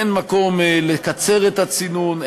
אין מקום לקצר את הצינון,